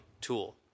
tool